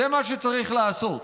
זה מה שצריך לעשות.